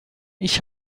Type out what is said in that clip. ich